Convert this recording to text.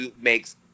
makes